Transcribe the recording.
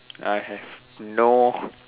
I have no